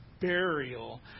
burial